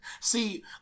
See